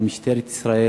למשטרת ישראל,